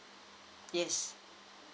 yes